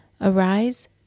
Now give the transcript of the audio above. Arise